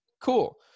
Cool